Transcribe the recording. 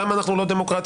למה אנחנו לא דמוקרטיה?